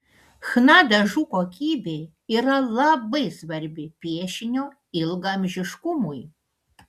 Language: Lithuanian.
chna dažų kokybė yra labai svarbi piešinio ilgaamžiškumui